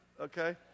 okay